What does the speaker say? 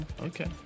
Okay